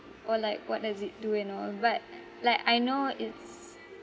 or like what does it do and all but like I know it's